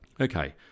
Okay